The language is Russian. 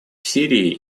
сирии